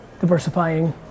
Diversifying